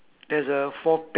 from top left eh